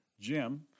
Jim